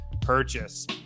purchase